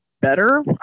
better